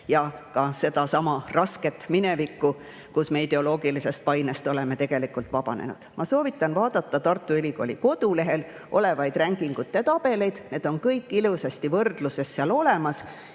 ja ka sedasama rasket minevikku, kus me oleme ideoloogilisest painest vabanenud. Ma soovitan vaadata Tartu Ülikooli kodulehel olevaidranking'ute tabeleid, need on seal kõik ilusasti võrdluses olemas